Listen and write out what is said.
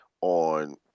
on